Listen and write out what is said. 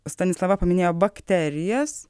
stanislava paminėjo bakterijas